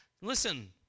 Listen